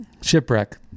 shipwreck